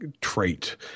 trait